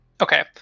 Okay